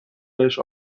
بهش